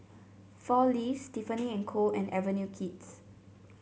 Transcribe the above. Four Leaves Tiffany And Co and Avenue Kids